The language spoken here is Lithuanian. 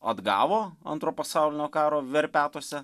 atgavo antro pasaulinio karo verpetuose